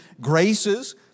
graces